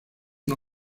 nur